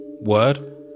word